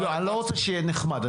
אני לא רוצה שהוא יהיה נחמד,